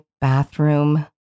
bathroom